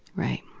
right,